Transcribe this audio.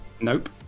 Nope